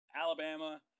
Alabama